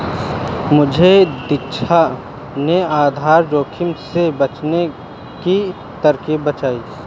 मुझे दीक्षा ने आधार जोखिम से बचने की तरकीब बताई है